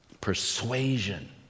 persuasion